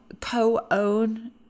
co-own